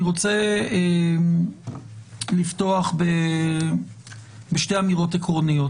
אני רוצה לפתוח בשתי אמירות עקרוניות.